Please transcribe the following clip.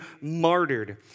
martyred